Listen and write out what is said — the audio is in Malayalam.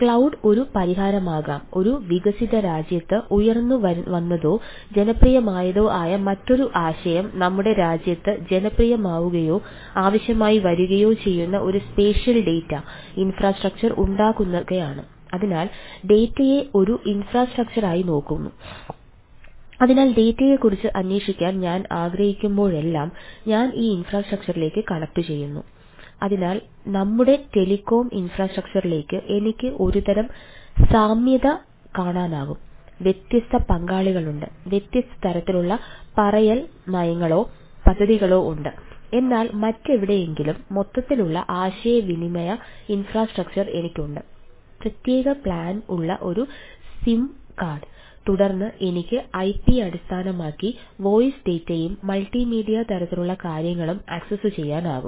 ക്ലൌഡ് തരത്തിലുള്ള കാര്യങ്ങളും ആക്സസ്സുചെയ്യാനാകും